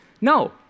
No